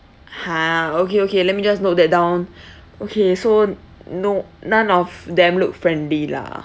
!huh! okay okay let me just note that down okay so no none of them look friendly lah